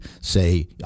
say